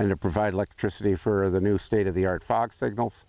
and to provide electricity for the new state of the art fog signals